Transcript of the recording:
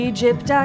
Egypt